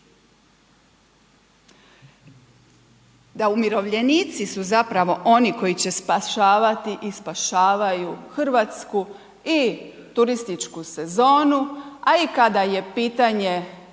Da, umirovljenici su zapravo oni koji će spašavati i spašavaju Hrvatsku i turističku sezonu, a i kada je pitanje